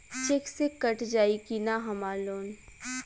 Check से cut जाई की ना हमार लोन?